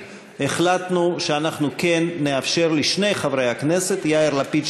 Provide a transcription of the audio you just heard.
החלטנו שאנחנו כן נאפשר לשני חברי הכנסת יאיר לפיד,